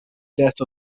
death